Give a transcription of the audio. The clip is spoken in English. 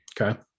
Okay